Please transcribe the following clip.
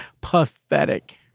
pathetic